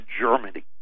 Germany